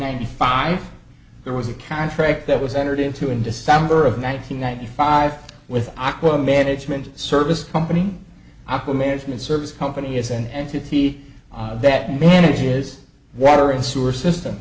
ninety five there was a contract that was entered into in december of ninety ninety five with aqua management service company apple management service company is and to see that manages water and sewer system